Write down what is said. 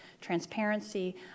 transparency